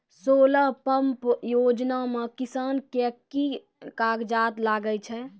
Solar pump योजना म किसान के की कागजात लागै छै?